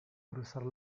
cruzar